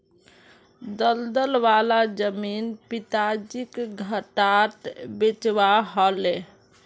दलदल वाला जमीन पिताजीक घटाट बेचवा ह ले